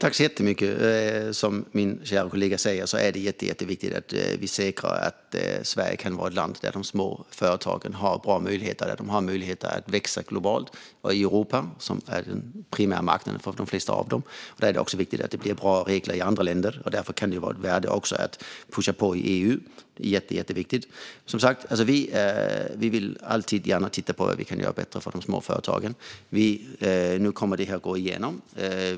Fru talman! Som min kära kollega säger är det jätteviktigt att vi säkrar att Sverige kan vara ett land där de små företagen har möjlighet att växa globalt och i Europa, som är den primära marknaden för de flesta av dem. Det är också viktigt att det blir bra regler i andra länder. Därför kan det vara av värde att pusha på i EU. Det är mycket viktigt. Vi vill alltid titta på vad som kan göras bättre för de små företagen. Nu kommer förslaget att gå igenom.